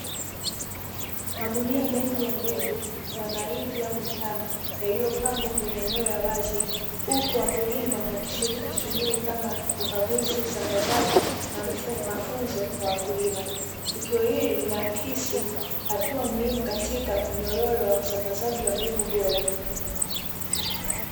Magunia mengi ya mbegu ya mahindi au mtama yaliyopangwa kwenye eneo la wazi, huku wakulima wakishiriki shughuli kama ukaguzi, usambazaji na mafunzo kwa wakulima. Tukio hili linaakisi hatua muhimu katika mnyororo wa usambazaji wa mbegu bora.